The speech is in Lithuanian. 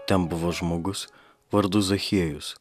ten buvo žmogus vardu zachiejus